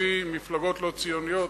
להוציא מפלגות לא ציוניות.